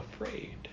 afraid